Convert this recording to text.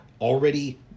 already